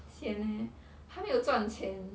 sian eh 还没有赚钱